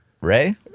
Ray